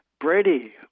Brady